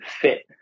fit